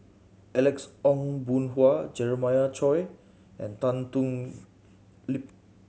Alex Ong Boon Hau Jeremiah Choy and Tan Thoon Lip